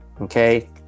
okay